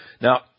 Now